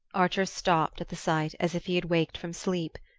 archer stopped at the sight as if he had waked from sleep.